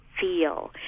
feel